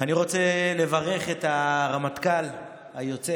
אני רוצה לברך את הרמטכ"ל היוצא